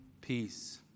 peace